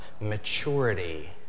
maturity